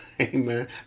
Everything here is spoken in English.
Amen